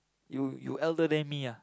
you you elder than me ah